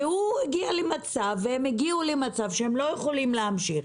והם הגיעו למצב שהם לא יכולים להמשיך.